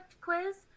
quiz